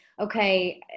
okay